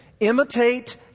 Imitate